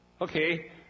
Okay